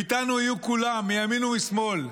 ואיתנו יהיו כולם, מימין ומשמאל.